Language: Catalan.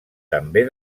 també